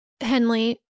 Henley